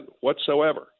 whatsoever